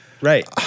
Right